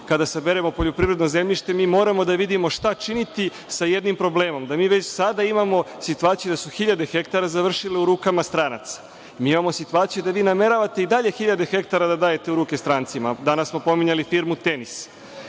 kada saberemo poljoprivredno zemljište, mi moramo da vidimo šta činiti sa jednim problemom, da mi već sada imamo situaciju da su hiljade hektara završile u rukama stranaca. Mi imamo situaciju da vi nameravate i dalje hiljade hektara da dajete u ruke strancima. Danas smo pominjali firmu „Tenis“